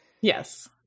Yes